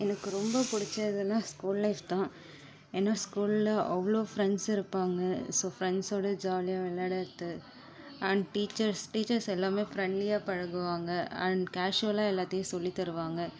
எனக்கு ரொம்ப பிடிச்சதுனா ஸ்கூல் லைஃப்தான் ஏன்னா ஸ்கூல்ல அவ்வளோ ஃப்ரெண்ட்ஸ் இருப்பாங்கள் ஸோ ஃப்ரெண்ட்ஸோட ஜாலியாக விளையாடுறது அண்ட் டீச்சர்ஸ் டீச்சர்ஸ் எல்லாமே ஃப்ரெண்ட்லியாக பழகுவாங்கள் அண்ட் கேஷுவலாக எல்லாத்தையும் சொல்லித் தருவாங்கள்